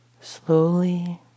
slowly